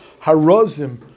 Harazim